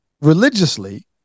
religiously